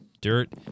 Dirt